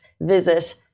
visit